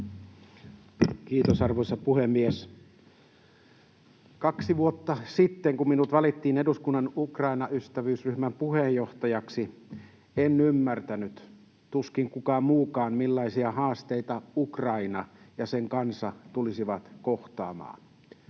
Kiitos, arvoisa puhemies! Kaksi vuotta sitten, kun minut valittiin eduskunnan Ukraina-ystävyysryhmän puheenjohtajaksi, en ymmärtänyt — tuskin kukaan muukaan — millaisia haasteita Ukraina ja sen kansa tulisivat kohtaamaan.